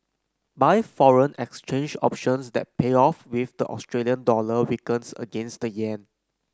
buy foreign exchange options that pay off if the Australian dollar weakens against the yen